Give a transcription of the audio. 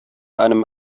einem